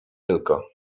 tylko